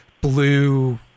blue